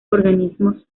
organismos